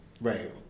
Right